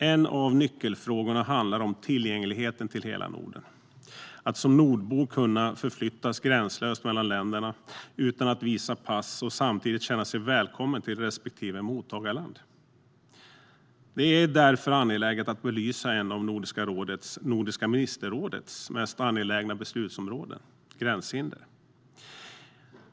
En av nyckelfrågorna handlar om tillgängligheten till hela Norden och att som nordbo kunna förflytta sig gränslöst mellan länderna utan att visa pass och samtidigt känna sig välkommen till respektive mottagarland. Det är därför angeläget att belysa ett av Nordiska rådets och Nordiska ministerrådets mest angelägna beslutsområden: gränshinder.